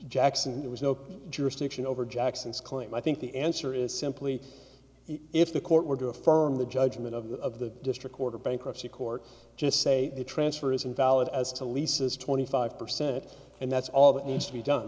jackson there was no jurisdiction over jackson's claim i think the answer is simply if the court were to affirm the judgment of the district court or bankruptcy court just say the transfer is invalid as to leases twenty five percent and that's all that needs to be done